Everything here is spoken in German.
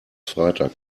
freitag